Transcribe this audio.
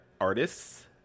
artists